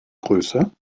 größe